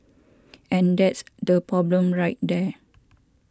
and that's the problem right there